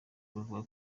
bavuga